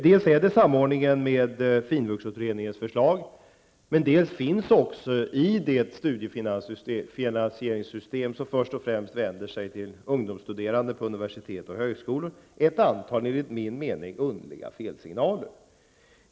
Dels handlar det om en samordning med Finvuxutredningens förslag, dels finns i det studiefinansieringssystem som först och främst vänder sig till unga studerande på universitet och högskolor ett antal enligt min mening underliga felsignaler.